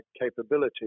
capability